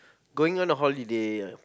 going on a holiday